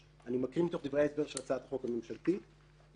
מקריא מתוך דברי ההסבר של הצעת החוק הממשלתית "יובהר,